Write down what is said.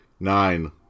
Nine